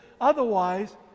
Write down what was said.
Otherwise